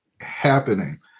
happening